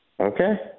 Okay